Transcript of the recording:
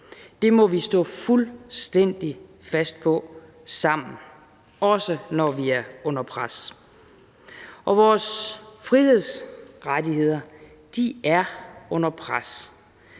Det må vi stå fuldstændig fast på sammen, også når vi er under pres. Og vores frihedsrettigheder er under pres.